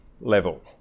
level